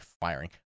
firing